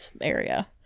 area